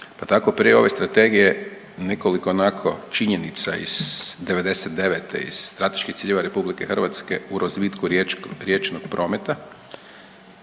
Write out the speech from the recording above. Pa tako prije ove strategije nekoliko onako činjenica iz '99. iz strateških ciljeva RH u razvitku riječnog prometa,